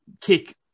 kick